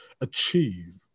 achieve